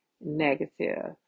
negative